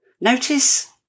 Notice